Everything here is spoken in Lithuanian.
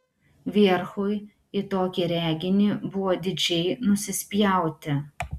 vierchui į tokį reginį buvo didžiai nusispjauti